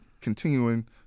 continuing